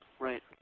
Right